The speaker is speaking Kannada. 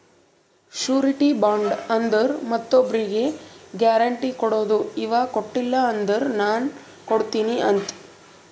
ಶುರಿಟಿ ಬಾಂಡ್ ಅಂದುರ್ ಮತ್ತೊಬ್ರಿಗ್ ಗ್ಯಾರೆಂಟಿ ಕೊಡದು ಇವಾ ಕೊಟ್ಟಿಲ ಅಂದುರ್ ನಾ ಕೊಡ್ತೀನಿ ಅಂತ್